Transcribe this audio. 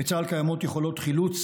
בצה"ל קיימות יכולות חילוץ